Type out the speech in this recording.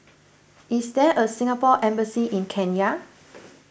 is there a Singapore Embassy in Kenya